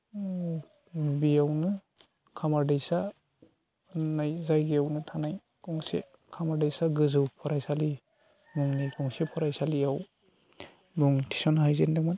बेयावनो खामारदैसा होननाय जायगायावनो थानाय गंसे खामारदैसा गोजौ फरायसालि मुंनि गंसे फरायसालियाव मुं थिसनहैजेनदोंमोन